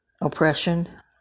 Oppression